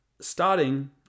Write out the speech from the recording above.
starting